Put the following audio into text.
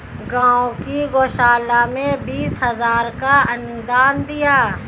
गांव की गौशाला में बीस हजार का अनुदान दिया